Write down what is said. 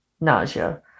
nausea